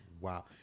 wow